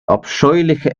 abscheuliche